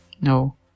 no